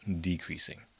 decreasing